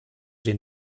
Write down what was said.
den